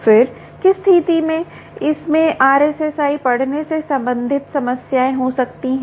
फिर किस स्थिति में इसमें RSSI पढ़ने से संबंधित समस्याएँ हो सकती हैं